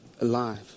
alive